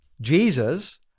jesus